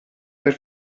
per